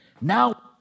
Now